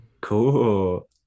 Cool